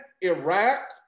Iraq